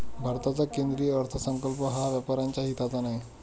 भारताचा केंद्रीय अर्थसंकल्प हा व्यापाऱ्यांच्या हिताचा नाही